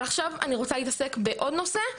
אבל עכשיו אני רוצה להתעסק בעוד נושא,